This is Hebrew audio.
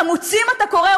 חמוצים אתה קורא,